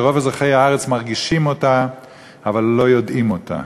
שרוב אזרחי הארץ מרגישים אותה אבל לא יודעים אותה,